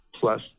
Plus